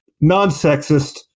Non-sexist